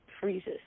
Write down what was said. freezes